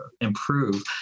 improve